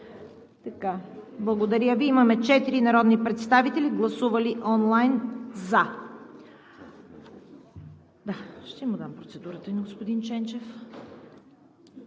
Благодаря Ви. Имаме 4 народни представители, гласували онлайн за.